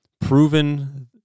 proven